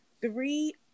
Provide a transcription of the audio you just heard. three